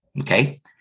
okay